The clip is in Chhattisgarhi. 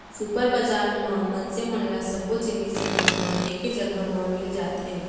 सुपर बजार म मनसे मन ल सब्बो जिनिस मन ह एके जघा म मिल जाथे